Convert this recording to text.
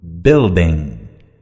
building